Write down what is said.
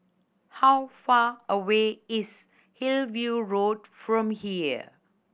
how far away is Hillview Road from here